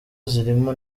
zirimo